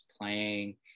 playing